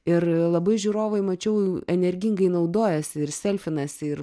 ir labai žiūrovai mačiau energingai naudojasi ir selfinasi ir